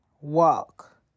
walk